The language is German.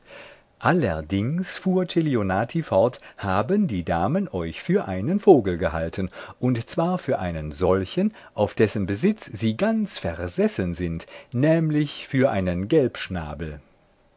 allerdings fuhr celionati fort haben die damen euch für einen vogel gehalten und zwar für einen solchen auf dessen besitz sie ganz versessen sind nämlich für einen